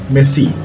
Messi